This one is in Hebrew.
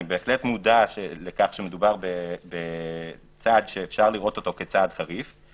אני מודע שמדובר בצעד שניתן לראותו כצעד חריף.